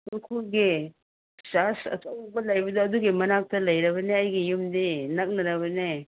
ꯎꯈ꯭ꯔꯨꯜꯒꯤ ꯆꯔꯁ ꯑꯆꯧꯕ ꯂꯩꯕꯗꯣ ꯑꯗꯨꯒꯤ ꯃꯅꯥꯛꯇ ꯂꯩꯔꯕꯅꯦ ꯑꯩꯒꯤ ꯌꯨꯝꯗꯤ ꯅꯛꯅꯔꯕꯅꯦ